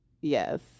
Yes